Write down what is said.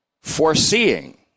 foreseeing